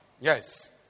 Yes